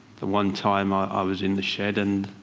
the one time i i was in the shed, and